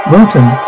Wilton